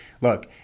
look